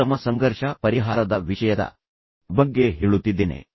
ಅತ್ಯುತ್ತಮ ಸಂಘರ್ಷ ಪರಿಹಾರದ ವಿಷಯದ ಬಗ್ಗೆ ಹೇಳುತ್ತಿದ್ದೇನೆ